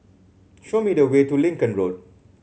show me the way to Lincoln Road